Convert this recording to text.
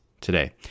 today